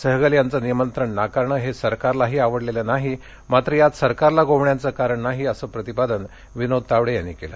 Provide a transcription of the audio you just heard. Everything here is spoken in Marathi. सहगल यांचं निमंत्रण नाकारणं हे सरकारलाही आवडलेलं नाही मात्र यात सरकारला गोवण्याचं कारण नाही असं प्रतिपादन विनोद तावडे यांनी यावेळी केलं